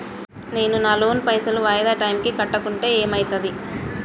నేను నా లోన్ పైసల్ వాయిదా టైం కి కట్టకుంటే ఏమైతది?